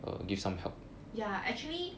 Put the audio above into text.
ya actually